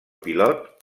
pilot